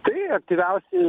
tai aktyviausi